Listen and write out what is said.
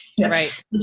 right